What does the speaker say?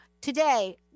Today